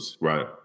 right